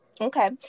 Okay